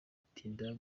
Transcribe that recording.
itinda